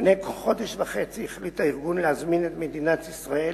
לפני כחודש וחצי החליט הארגון להזמין את מדינת ישראל